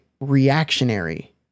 reactionary